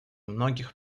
многих